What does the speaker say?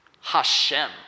Hashem